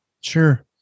Sure